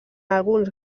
alguns